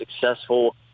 successful